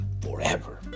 forever